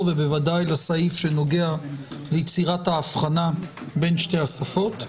ובוודאי לסעיף שנוגע ליצירת ההבחנה בין שתי השפות,